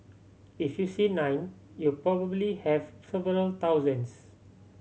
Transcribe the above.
if you see nine you probably have several thousands